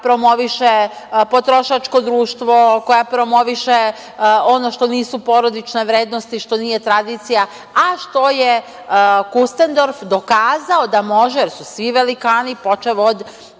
promoviše potrošačko društvo, koja promoviše ono što nisu porodične vrednosti, što nije tradicija, a što je „Kustendorf“ dokazao da može, jer su svi velikani, počev od